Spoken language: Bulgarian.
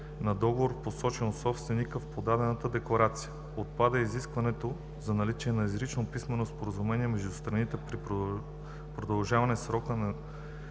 на договора, посочен от собственикът в подадената декларация. Отпада и изискването за наличието на изрично писмено споразумение между страните при продължаване срока на